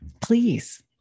Please